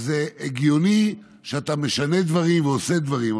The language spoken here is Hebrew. הגיוני שאתה משנה דברים או עושה דברים.